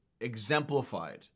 exemplified